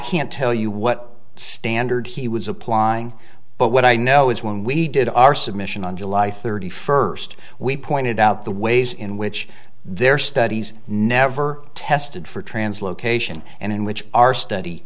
can't tell you what standard he was applying but what i know is when we did our submission on july thirty first we pointed out the ways in which their studies never tested for translocation and in which our st